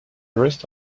rest